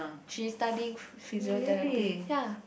she studying physiotheraphy ya